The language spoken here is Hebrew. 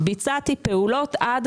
ביצעתי פעולות עד